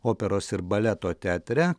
operos ir baleto teatre